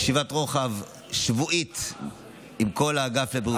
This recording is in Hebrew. יש אצלי ישיבת רוחב שבועית עם כל האגף לבריאות הנפש.